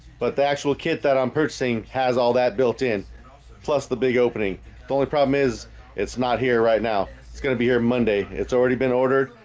but the actual kit that i'm purchasing has all that built in plus the big opening the only problem is it's not here right now. it's gonna be here monday. it's already been ordered.